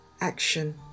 action